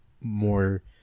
more